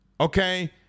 okay